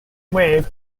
waved